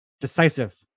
decisive